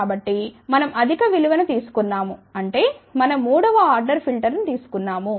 కాబట్టి మనం అధిక విలువ ను తీసుకొన్నాము అంటే మనం మూడవ ఆర్డర్ ఫిల్టర్ తీసుకొన్నాము